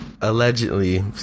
Allegedly